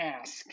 ask